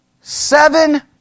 seven